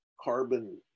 carbon